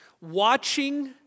Watching